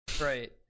right